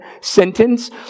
sentence